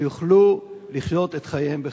כדי שיוכלו לחיות את חייהם בכבוד.